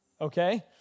Okay